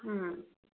ꯎꯝ